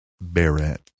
Barrett